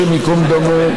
השם ייקום דמו,